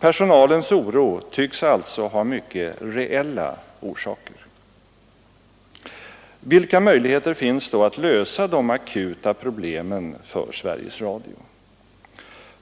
Personalens oro tycks alltså ha mycket reella orsaker. Vilka möjligheter finns då att lösa de akuta problemen för Sveriges Radio?